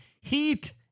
Heat